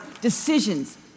decisions